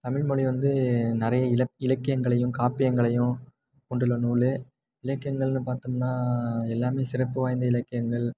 தமிழ் மொழி வந்து நிறைய இலக் இலக்கியங்களையும் காப்பியங்களையும் கொண்டுள்ள நூல் இலக்கியங்கள்னு பார்த்தோம்ன்னா எல்லாமே சிறப்பு வாய்ந்த இலக்கியங்கள்